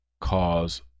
cause